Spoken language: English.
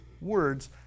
words